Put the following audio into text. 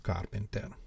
Carpenter